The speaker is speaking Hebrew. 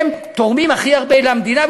הם תורמים הכי הרבה למדינה,